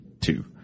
two